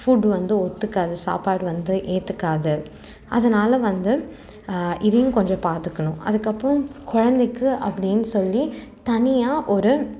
food வந்து ஒத்துக்காது சாப்பாடு வந்து ஏற்றுக்காது அதனால வந்து இதையும் கொஞ்சம் பார்த்துக்கணும் அதுக்கப்பறம் குழந்தைக்கு அப்படின்னு சொல்லி தனியாக ஒரு